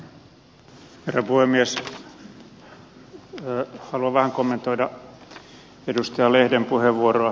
haluan vähän kommentoida edustaja lehden puheenvuoroa